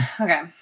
okay